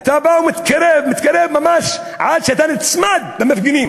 אתה בא ומתקרב, מתקרב ממש, עד שאתה נצמד למפגינים?